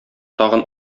тагын